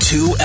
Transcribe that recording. Two